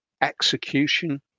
execution